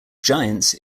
giants